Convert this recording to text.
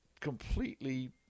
completely